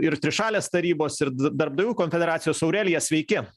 ir trišalės tarybos ir darbdavių konfederacijos aurelija sveiki